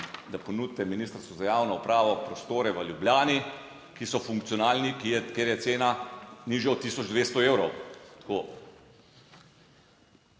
da ponudite Ministrstvu za javno upravo, prostore v Ljubljani, ki so funkcionalni, kjer je cena nižja od 1200 evrov.